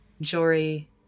Jory